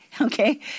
okay